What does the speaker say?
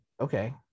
okay